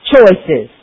Choices